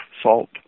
salt